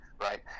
right